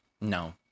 No